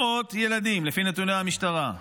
לפי נתוני המשטרה,